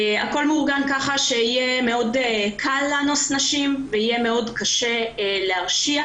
הכול מאורגן ככה שיהיה מאוד קל לאנוס נשים ויהיה מאוד קשה להרשיע.